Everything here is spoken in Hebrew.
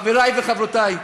חברי וחברותי.